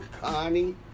Connie